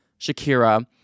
Shakira